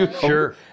sure